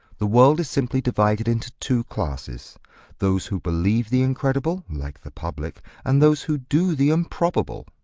the world is simply divided into two classes those who believe the incredible, like the public and those who do the improbable